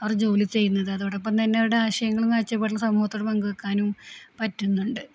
അവർ ജോലി ചെയ്യുന്നത് അതോടൊപ്പം തന്നെ ആശയങ്ങളും കാഴ്ചപ്പാടുകളും സമൂഹത്തോടു പങ്കുവയ്ക്കാനും പറ്റുന്നുണ്ട്